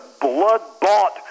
blood-bought